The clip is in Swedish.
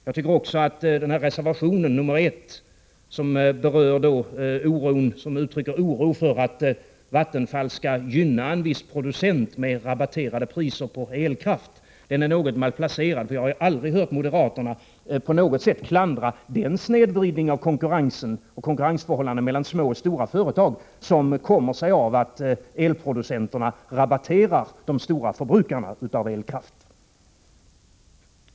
Jag tycker också att reservationen nr 1, som uttrycker oro för att Vattenfall skall gynna en viss producent med rabatterade priser på elkraft, är något malplacerad. Jag har aldrig hört moderaterna på något sätt klandra den snedvridning av konkurrensförhållandena mellan små och stora företag som kommer sig av att elproducenterna rabatterar de stora förbrukarna av elkraft.